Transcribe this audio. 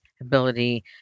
ability